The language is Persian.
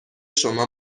شما